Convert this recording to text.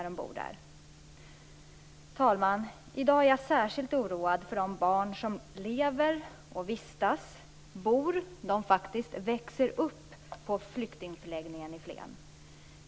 Vi kommer naturligtvis att fortsätta ansträngningarna att komma överens även med andra länder där denna typ av problem finns.